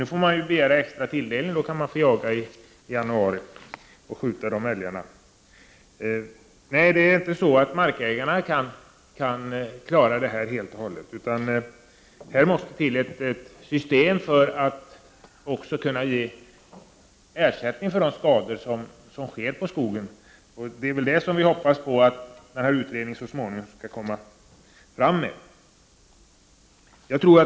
Nu kan man få jaga i januari, om man får extra tilldelning. Markägarna kan alltså inte själva klara detta helt och hållet, utan man måste här ha ett system som gör det möjligt att ge ersättning för de skador som åsamkas på skogen. Det är väl detta vi hoppas att den pågående utredningen så småningom skall föreslå.